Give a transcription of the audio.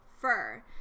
fur